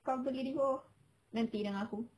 kau pergi vivo nanti dengan aku